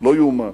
לא יאומן.